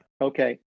Okay